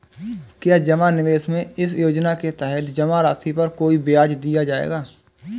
क्या जमा निवेश में इस योजना के तहत जमा राशि पर कोई ब्याज दिया जाएगा?